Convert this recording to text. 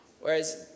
whereas